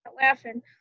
laughing